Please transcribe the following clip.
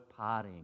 partying